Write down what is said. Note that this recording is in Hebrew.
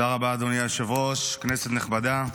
אדוני היושב-ראש, כנסת נכבדה,